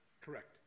Correct